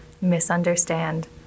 misunderstand